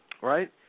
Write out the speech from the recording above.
right